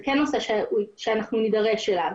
זה נושא שנידרש אליו.